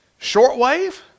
shortwave